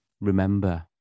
remember